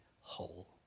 whole